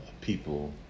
people